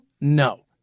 No